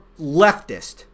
leftist